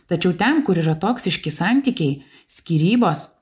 tačiau ten kur yra toksiški santykiai skyrybos